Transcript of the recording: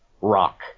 Rock